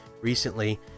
recently